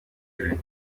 kure